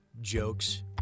jokes